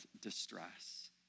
distress